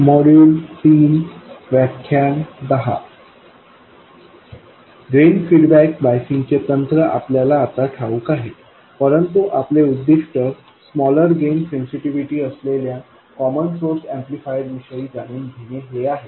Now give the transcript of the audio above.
drain feedback बायसिंगचे तंत्र आपल्याला आता ठाऊक आहे परंतु आपले उद्दिष्ट स्मॉलर गेन सेन्सिटिव्हिटी असलेल्या कॉमन सोर्स ऍम्प्लिफायर विषयी जाणून घेणे हे आहे